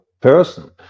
person